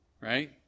Right